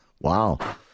Wow